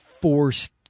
forced